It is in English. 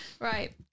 right